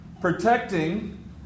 Protecting